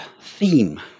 theme